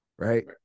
Right